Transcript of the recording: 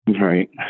Right